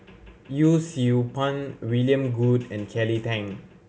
Yee Siew Pun William Goode and Kelly Tang